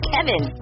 Kevin